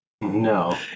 No